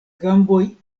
gamboj